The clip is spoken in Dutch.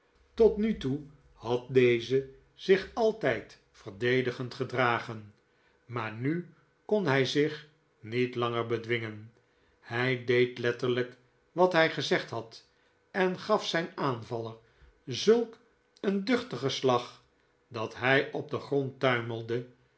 tot nu toe had deze zich altijd verdedigend gedragen maar nu kon hij zich niet langer bedwingen hij deed letterlijk wat hij gezegd had en gaf zijn aanvaller zulk een duchtigen slag d at hij op den grond